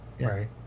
Right